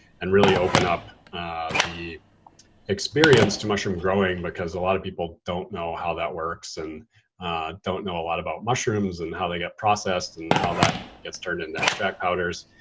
and really open up the experience to mushroom growing because a lot of people don't know how that works, and don't know a lot about mushrooms and how they get processed, and how that gets turned into extract powders.